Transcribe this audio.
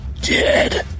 dead